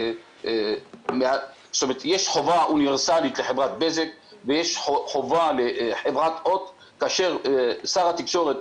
יש חובה אוניברסלית לחברת בזק ויש חובה לחברת הוט כאשר שר התקשורת